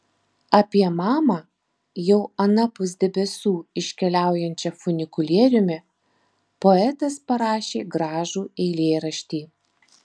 apie mamą jau anapus debesų iškeliaujančią funikulieriumi poetas parašė gražų eilėraštį